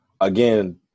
again